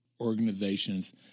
organizations